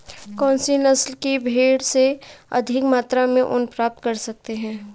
कौनसी नस्ल की भेड़ से अधिक मात्रा में ऊन प्राप्त कर सकते हैं?